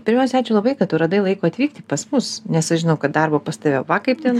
pirmiausia ačiū labai kad tu radai laiko atvykti pas mus nes aš žinau kad darbo pas tave va kaip ten